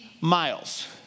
miles